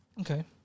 okay